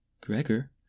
Gregor